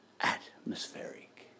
atmospheric